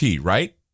right